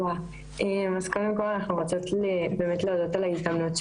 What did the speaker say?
אז אנחנו באמת פה השלוש שמדברות,